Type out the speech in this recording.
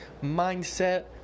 mindset